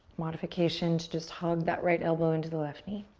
modification to just hug that right elbow into the left knee.